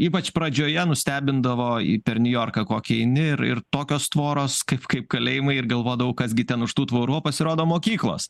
ypač pradžioje nustebindavo į per niujorką kokį eini ir ir tokios tvoros kaip kaip kalėjimai ir galvodavau kas gi ten už tų tvorų o pasirodo mokyklos